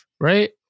right